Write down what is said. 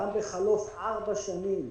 גם בחלוף ארבע שנים